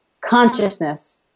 consciousness